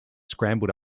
scrambled